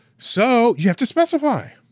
so you have to specify.